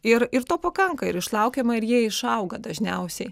ir ir to pakanka ir išlaukiama ir jie išauga dažniausiai